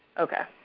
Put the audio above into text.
okay.